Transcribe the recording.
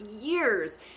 years